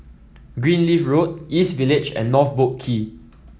Greenleaf Road East Village and North Boat Quay